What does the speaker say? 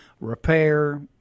repair